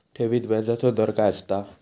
ठेवीत व्याजचो दर काय असता?